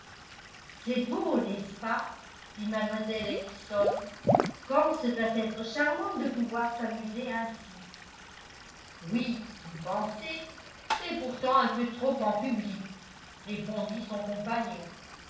c'est beau n'est-ce pas dit mlle ellison comme ce doit être charmant de pouvoir s'amuser ainsi oui vous pensez c'est pourtant un peu trop en public répondit son compagnon